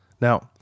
Now